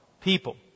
people